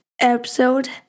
episode